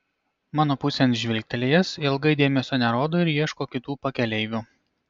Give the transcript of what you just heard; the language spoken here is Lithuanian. mano pusėn žvilgtelėjęs ilgai dėmesio nerodo ir ieško kitų pakeleivių